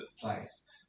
place